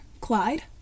Clyde